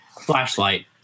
flashlight